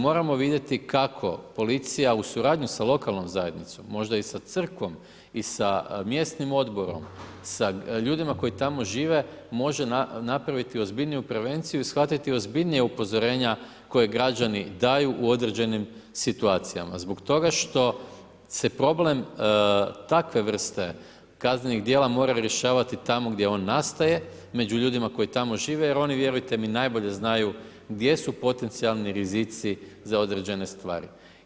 Moramo vidjeti kako policija u suradnju sa lokalnom zajednicom, možda i sa crkvom i sa mjesnim odborom, sa ljudima koji tamo žive, može napraviti ozbiljniju prevenciju i shvatiti ozbiljnije upozorenja koju građani daju u određenim situacijama, zbog toga što se problem takve vrste kaznenih dijela mora rješavati tamo gdje on nastane, među ljudima koji tamo žive, jer oni vjerujte mi, najbolje znaju, gdje su potencijalni rizici za određene stvari.